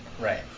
Right